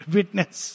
Witness